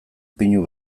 pinu